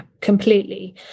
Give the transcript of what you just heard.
completely